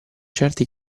certi